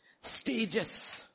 stages